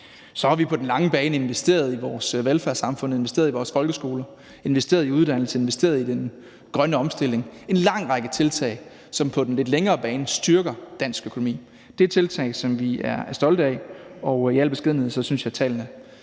Så har vi på den lange bane investeret i vores velfærdssamfund og investeret i vores folkeskoler, investeret i uddannelse og investeret i den grønne omstilling. Det er en lang række tiltag, som på den lidt længere bane styrker dansk økonomi. Det er tiltag, som vi er stolte af. Og i al beskedenhed synes jeg, at tallene